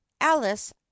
Alice